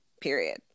period